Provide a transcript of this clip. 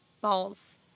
balls